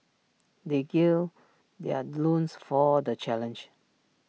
they gird their loins for the challenge